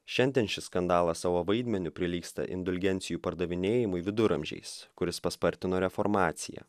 šiandien šis skandalas savo vaidmeniu prilygsta indulgencijų pardavinėjimui viduramžiais kuris paspartino reformaciją